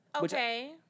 Okay